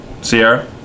Sierra